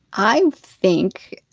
i think,